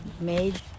made